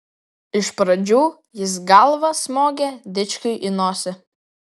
iš pradžių jis galva smogė dičkiui į nosį